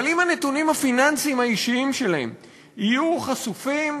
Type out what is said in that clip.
אבל אם הנתונים הפיננסיים האישיים שלהם יהיו חשופים,